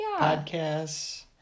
podcasts